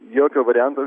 jokio varianto